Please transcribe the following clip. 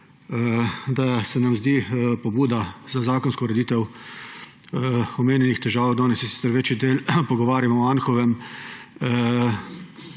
da se nam zdi pobuda za zakonsko ureditev omenjenih težav, danes se sicer večji pogovarjamo o Anhovem,